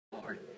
Lord